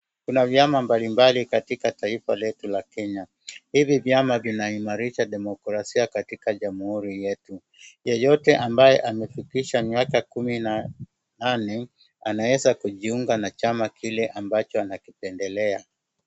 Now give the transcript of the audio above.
Kuna vyama mbalimbali katika taifa letu la Kenya. Hivi vyama vinaimarisha demokrasia katika jamhuri yetu. Yeyote ambaye amefikisha miaka kumi na nane anazea kujiunga na chama kile ambacho anakipendelea.